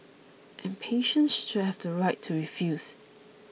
and patients should have the right to refuse